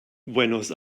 buenos